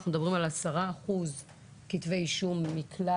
אנחנו מדברים על כ-10% כתבי אישום מכלל